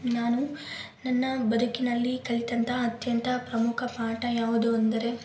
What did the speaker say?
ನಾನು ನನ್ನ ಬದುಕಿನಲ್ಲಿ ಕಲಿತಂಥ ಅತ್ಯಂತ ಪ್ರಮುಖ ಪಾಠ ಯಾವುದು ಅಂದರೆ